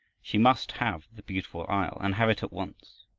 she must have the beautiful isle and have it at once.